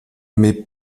mets